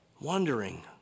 wondering